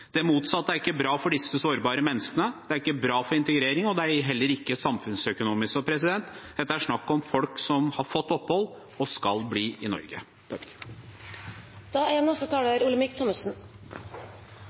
Det motsatte er ikke bra for disse sårbare menneskene, det er ikke bra for integrering, og det er heller ikke samfunnsøkonomisk. Dette er snakk om folk som har fått opphold og skal bli i Norge. Det er